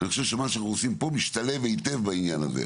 אני חושב שמה שאנחנו עושים פה משתלב היטב בעניין הזה,